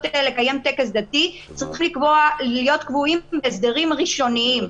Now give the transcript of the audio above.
לקיים טקס דתי צריכים להיות קבועים בהסדרים ראשוניים,